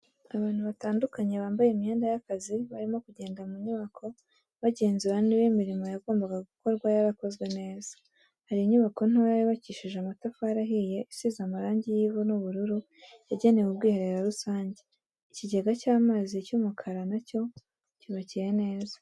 Abantu batandukanye bambaye imyenda y'akazi, barimo kugenda mu nyubako bagenzura niba imirimo yagombaga gukorwa yarakozwe neza. Hari inyubako ntoya yubakishije amatafari ahiye isize amarangi y'ivu n'ubururu, yagenewe ubwiherero rusange, ikigega cy'amazi cy'umukara na cyo cyubakiye neza.